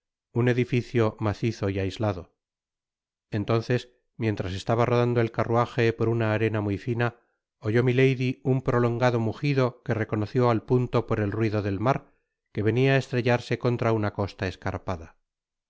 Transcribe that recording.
un edificio maciso y aislado entonces mientras ostaba rodando el carruaje por una arena muy fina oyó milady un prolongado mugido que reconoció al punto por el ruido del mar que venia á estrellarse contra una costa escarpada el